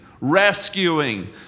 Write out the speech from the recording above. rescuing